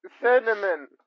Cinnamon